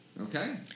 Okay